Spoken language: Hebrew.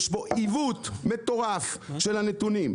יש בו עיוות מטורף של הנתונים,